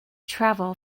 travel